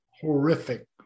horrific